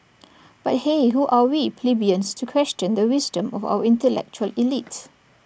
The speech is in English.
but hey who are we plebeians to question the wisdom of our intellectual elite